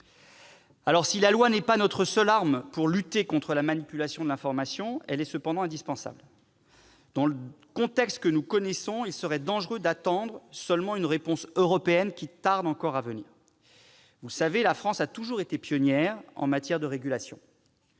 donc la loi n'est pas notre seule arme pour lutter contre la manipulation de l'information, elle est cependant indispensable. Dans le contexte que nous connaissons, il serait dangereux de nous contenter d'attendre une réponse européenne qui tarde encore à venir. Vous le savez, la France a toujours été pionnière en matière de régulation,